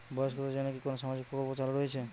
বয়স্কদের জন্য কি কোন সামাজিক প্রকল্প চালু রয়েছে?